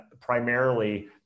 primarily